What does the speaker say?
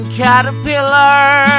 caterpillar